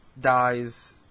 dies